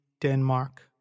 Denmark